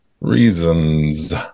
reasons